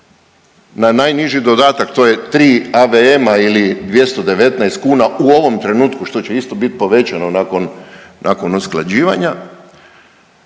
na najniži dodatak. To je tri AV-ema ili 219 kuna u ovom trenutku što se će isto biti povećano nakon usklađivanja.